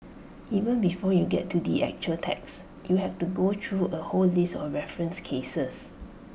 even before you get to the actual text you have to go through A whole list of referenced cases